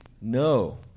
no